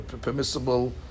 permissible